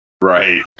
right